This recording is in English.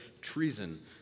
treason